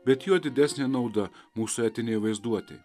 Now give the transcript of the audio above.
bet juo didesnė nauda mūsų etinei vaizduotė